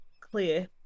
Clear